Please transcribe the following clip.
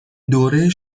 دوره